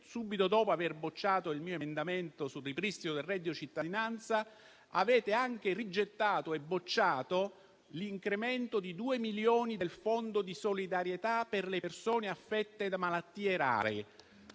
subito dopo aver bocciato il mio emendamento sul ripristino del reddito cittadinanza, avete anche respinto e bocciato l'incremento di due milioni del Fondo di solidarietà per le persone affette da malattie rare.